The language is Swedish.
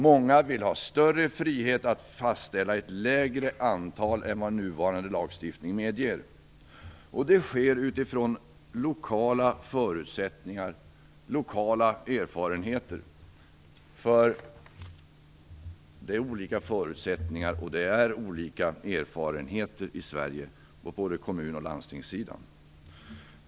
Många vill ha större frihet att kunna fastställa ett lägre antal än vad nuvarande lagstiftning medger - detta utifrån lokala förutsättningar och erfarenheter. Förutsättningarna och erfarenheterna är olika i Sverige på både kommun och landstingssidan.